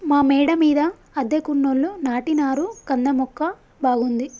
మా మేడ మీద అద్దెకున్నోళ్లు నాటినారు కంద మొక్క బాగుంది